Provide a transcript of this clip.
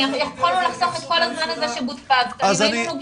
יכולנו לחסוך את כל הזמן הזה שמבוזבז אם היינו נוגעים.